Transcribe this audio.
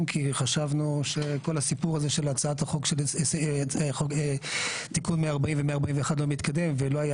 כי חשבנו שכל הסיפור הזה של תיקון 140 ו-141 לא מתקדם ולא היה